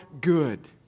good